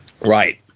Right